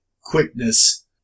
quickness